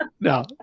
No